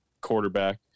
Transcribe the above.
quarterback